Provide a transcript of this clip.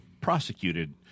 prosecuted